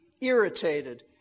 irritated